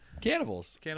cannibals